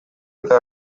eta